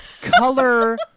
color